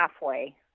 halfway